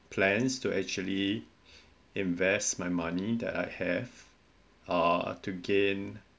plans to actually invest my money that I have uh to gain